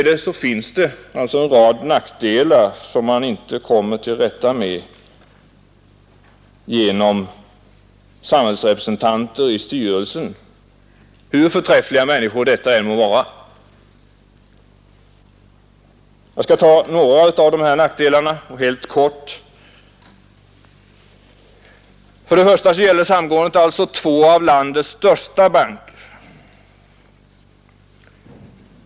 Det finns däremot en rad nackdelar, som man inte kommer till rätta med genom samhällsrepresentanter i styrelsen, hur förträffliga människor det än må vara. Jag skall helt kort beröra några av nackdelarna. För det första gäller samgåendet två av landets största banker.